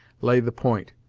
lay the point,